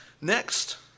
Next